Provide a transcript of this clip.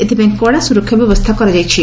ଏଥପାଇଁ କଡା ସୁରକ୍ଷା ବ୍ୟବସ୍ତ୍ରା କରାଯାଇଛି